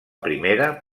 primera